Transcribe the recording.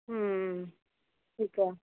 ਹਮ ਠੀਕ ਹੈ